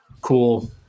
cool